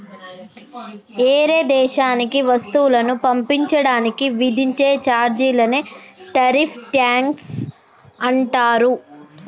ఏరే దేశానికి వస్తువులను పంపించడానికి విధించే చార్జీలనే టారిఫ్ ట్యాక్స్ అంటారు